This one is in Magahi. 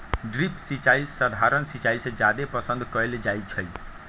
ड्रिप सिंचाई सधारण सिंचाई से जादे पसंद कएल जाई छई